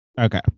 Okay